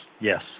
Yes